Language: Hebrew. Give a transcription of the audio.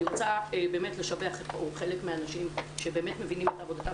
אני רוצה לשבח חלק מהאנשים שבאמת מבינים את עבודתם